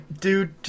dude